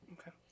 Okay